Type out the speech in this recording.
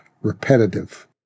repetitive